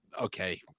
okay